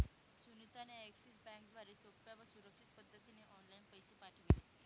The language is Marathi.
सुनीता ने एक्सिस बँकेद्वारे सोप्या व सुरक्षित पद्धतीने ऑनलाइन पैसे पाठविले